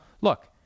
look